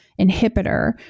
inhibitor